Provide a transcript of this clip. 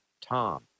Tom